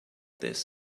this